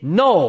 no